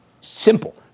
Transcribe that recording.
Simple